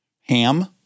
Ham